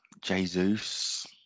Jesus